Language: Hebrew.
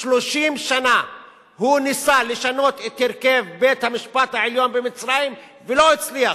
30 שנה הוא ניסה לשנות את הרכב בית-המשפט העליון במצרים ולא הצליח,